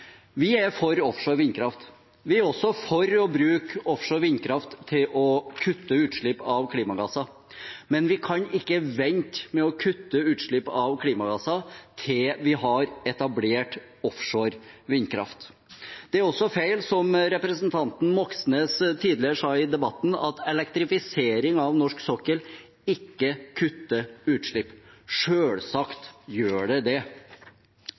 Vi er for offshore vindkraft. Vi er også for å bruke offshore vindkraft til å kutte utslipp av klimagasser, men vi kan ikke vente med å kutte utslipp av klimagasser til vi har etablert offshore vindkraft. Det er også feil, som representanten Moxnes sa tidligere i debatten, at elektrifisering av norsk sokkel ikke kutter utslipp. Selvsagt gjør det det.